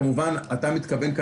אז כמובן אתה מכוון,